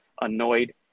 annoyed